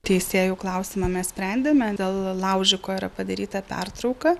teisėjų klausimą mes sprendėme dėl laužiko yra padaryta pertrauka